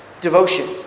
Devotion